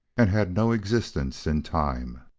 and had no existence in time.